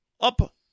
up